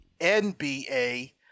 NBA